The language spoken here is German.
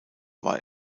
war